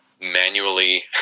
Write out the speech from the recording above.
manually